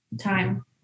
Time